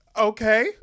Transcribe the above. okay